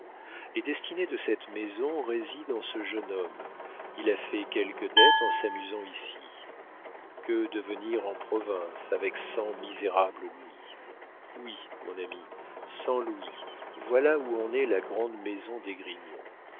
les destinées de cette maison résident en ce jeune homme il a fait quelques dettes en s'amusant ici que devenir en province avec cent misérables louis oui mon ami cent louis voilà où en est la grande maison d'esgrignon